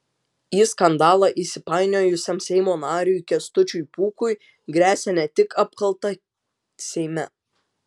į skandalą įsipainiojusiam seimo nariui kęstučiui pūkui gresia ne tik apkalta seime